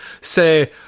say